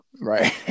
Right